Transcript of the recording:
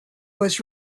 was